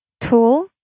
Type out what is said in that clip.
tool